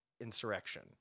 insurrection